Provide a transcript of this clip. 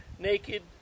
Naked